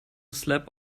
slap